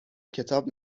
کتاب